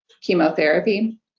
chemotherapy